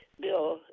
bill